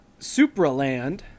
Supraland